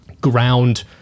ground